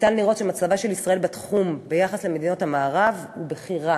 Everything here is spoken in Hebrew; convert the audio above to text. ניתן לראות שמצבה של ישראל בתחום ביחס למדינות המערב הוא בכי רע.